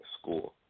school